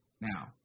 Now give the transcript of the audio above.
Now